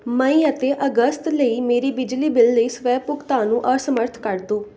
ਮਈ ਅਤੇ ਅਗਸਤ ਲਈ ਮੇਰੀ ਬਿਜਲੀ ਬਿੱਲ ਲਈ ਸਵੈ ਭੁਗਤਾਨ ਨੂੰ ਅਸਮਰੱਥ ਕਰ ਦਿਓ